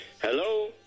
Hello